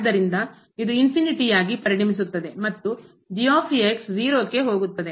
ಆದ್ದರಿಂದ ಇದು ಅನಂತವಾಗಿ ಪರಿಣಮಿಸುತ್ತದೆ ಮತ್ತು 0 ಕ್ಕೆ ಹೋಗುತ್ತದೆ